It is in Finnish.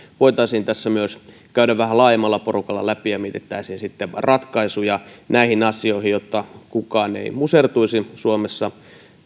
voitaisiin tässä myös käydä vähän laajemmalla porukalla läpi ja mietittäisiin sitten ratkaisuja näihin asioihin jotta kukaan ei musertuisi suomessa